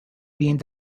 being